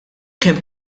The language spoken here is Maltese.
kemm